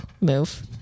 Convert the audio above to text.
move